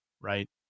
right